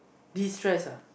distress uh